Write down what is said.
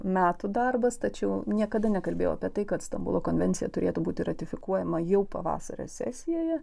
metų darbas tačiau niekada nekalbėjau apie tai kad stambulo konvencija turėtų būti ratifikuojama jau pavasario sesijoje